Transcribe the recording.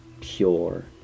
pure